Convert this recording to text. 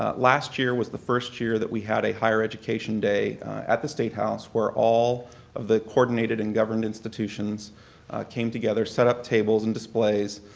ah last year was the first year that we had a higher education day at the state house where all of the coordinated and governed institutions came together, set up tables and displays,